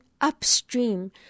upstream